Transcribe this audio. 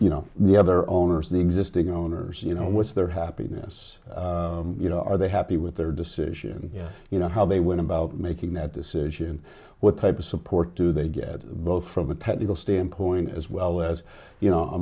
you know the other owners the existing owners you know what's their happiness you know are they happy with their decision you know how they went about making that decision what type of support do they get both from a pet legal standpoint as well as you know a